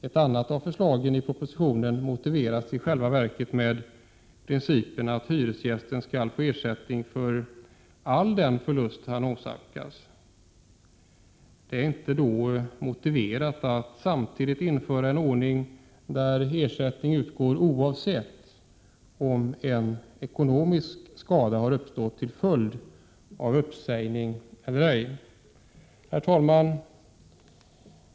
Ett annat av förslagen i propositionen motiveras i själva verket med principen att hyresgästen skall få ersättning för all den förlust han åsamkas. Det är då inte motiverat att samtidigt införa en ordning där ersättning utgår oavsett om en ekonomisk skada har uppstått till följd av uppsägningen eller ej. Herr talman!